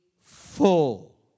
full